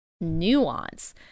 nuance